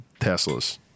Teslas